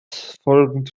folgend